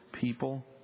people